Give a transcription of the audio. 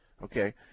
Okay